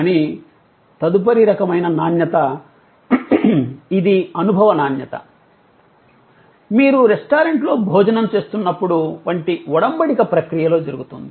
కానీ తదుపరి రకమైన నాణ్యత ఇది అనుభవ నాణ్యత మీరు రెస్టారెంట్లో భోజనం చేస్తున్నప్పుడు వంటి వొడంబడిక ప్రక్రియలో జరుగుతుంది